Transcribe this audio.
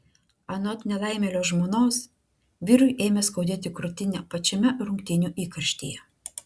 anot nelaimėlio žmonos vyrui ėmė skaudėti krūtinę pačiame rungtynių įkarštyje